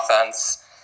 offense